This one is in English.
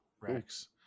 rex